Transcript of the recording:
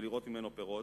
ולראות ממנו פירות,